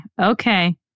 Okay